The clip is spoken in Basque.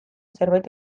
zerbait